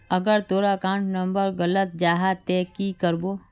अगर तोर account number गलत जाहा ते की करबो?